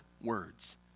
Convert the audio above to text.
words